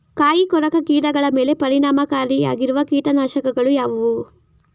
ಕಾಯಿಕೊರಕ ಕೀಟಗಳ ಮೇಲೆ ಪರಿಣಾಮಕಾರಿಯಾಗಿರುವ ಕೀಟನಾಶಗಳು ಯಾವುವು?